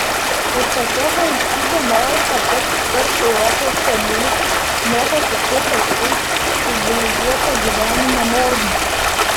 ir tokia valstybė nori patekti tarp europos šalių moko kitus atseit civilizuoto gyvenimo normų